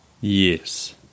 Yes